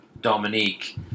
Dominique